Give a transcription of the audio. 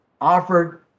Offered